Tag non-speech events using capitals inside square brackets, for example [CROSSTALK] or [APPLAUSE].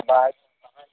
[UNINTELLIGIBLE]